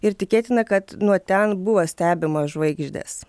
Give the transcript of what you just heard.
ir tikėtina kad nuo ten buvo stebimos žvaigždės